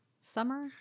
Summer